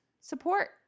support